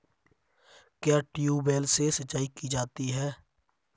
क्या ट्यूबवेल से सिंचाई की जाती है?